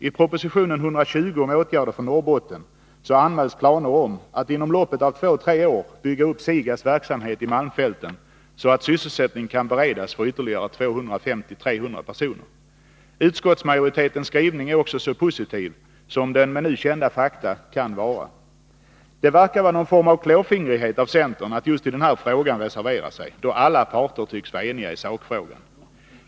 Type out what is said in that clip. I proposition 120 om åtgärder för Norrbotten anmäls planer på att inom loppet av två tre år bygga upp SIGA:s verksamhet i malmfälten, så att sysselsättning kan beredas för ytterligare 250-300 personer. Utskottsmajoritetens skrivning är också så positiv som den med nu kända fakta kan vara. Det verkar vara någon form av klåfingrighet av centern att just i den frågan reservera sig, då alla parter tycks vara eniga i sakfrågan.